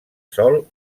sol